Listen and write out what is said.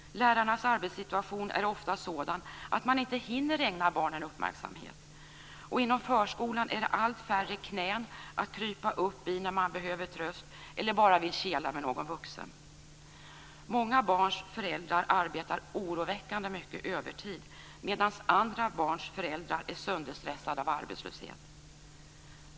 Lärarnas arbetssituation är ofta sådan att de inte hinner ägna barnen uppmärksamhet. Och inom förskolan finns det allt färre knän att krypa upp i när man behöver tröst eller bara vill kela med någon vuxen. Många barns föräldrar arbetar oroväckande mycket övertid, medan andra barns föräldrar är sönderstressade av arbetslöshet.